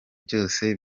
byose